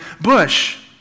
bush